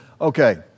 Okay